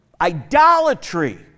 idolatry